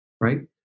right